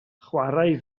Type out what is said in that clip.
chwaraea